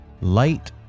light